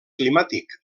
climàtic